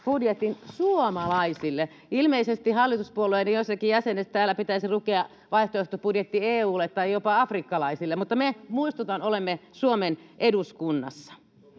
suomalaisille. Ilmeisesti hallituspuolueiden joidenkin jäsenten mielestä täällä pitäisi lukea vaihtoehtobudjetti EU:lle tai jopa afrikkalaisille, mutta me, muistutan, olemme Suomen eduskunnassa.